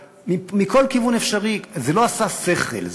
ומכל כיוון אפשרי זה לא עשה שכל,